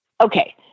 Okay